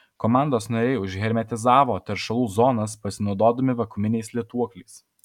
komandos nariai užhermetizavo teršalų zonas pasinaudodami vakuuminiais lituokliais